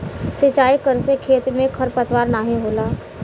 सिंचाई करे से खेत में खरपतवार नाहीं होला